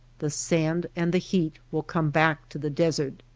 the sand and the heat will come back to the desert.